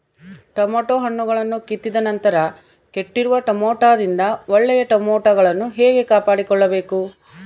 Tomato ಹಣ್ಣುಗಳನ್ನು ಕಿತ್ತಿದ ನಂತರ ಕೆಟ್ಟಿರುವ ಟೊಮೆಟೊದಿಂದ ಒಳ್ಳೆಯ ಟೊಮೆಟೊಗಳನ್ನು ಹೇಗೆ ಕಾಪಾಡಿಕೊಳ್ಳಬೇಕು?